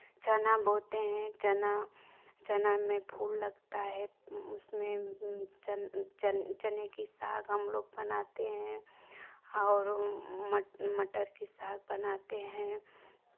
चना बोते हैं चना चना में फूल लगता है उसमें च चने की साग हमलोग बनाते हैं और मट मटर की साग बनाते हैं